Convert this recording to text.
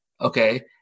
okay